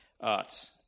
art